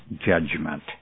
judgment